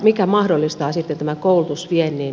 mikä mahdollistaa sitten tämän koulutusviennin